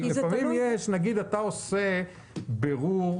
נגיד אתה עושה בירור